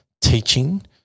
teaching